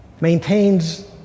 maintains